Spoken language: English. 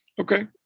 Okay